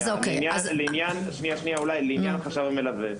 לעניין החשב המלווה.